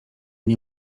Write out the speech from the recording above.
nie